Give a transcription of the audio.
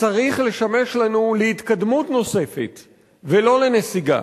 צריך לשמש לנו להתקדמות נוספת ולא לנסיגה.